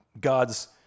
God's